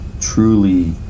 truly